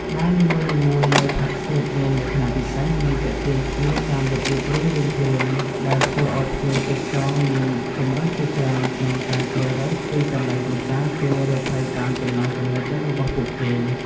បារនីមួយៗនៅ ផាប់ ស្ទ្រីត មានលក្ខណៈពិសេស និងទាក់ទាញភ្ញៀវតាមរបៀបរៀងៗខ្លួន ដែលធ្វើឲ្យភ្ញៀវទេសចរមានជម្រើសជាច្រើនក្នុងការជ្រើសរើសទីកន្លែងកម្សាន្តពេលរាត្រីតាមចំណង់ចំណូលចិត្តរបស់ពួកគេ។